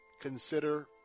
consider